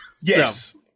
Yes